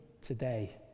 today